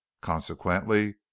consequently